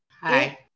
Hi